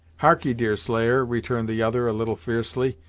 harkee, deerslayer, returned the other a little fiercely,